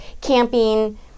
camping